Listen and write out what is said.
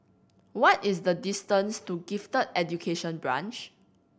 what is the distance to Gifted Education Branch